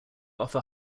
offer